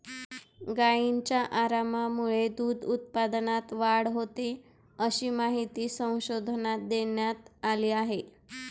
गायींच्या आरामामुळे दूध उत्पादनात वाढ होते, अशी माहिती संशोधनात देण्यात आली आहे